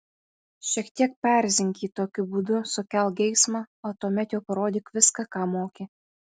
šiek tiek paerzink jį tokiu būdu sukelk geismą o tuomet jau parodyk viską ką moki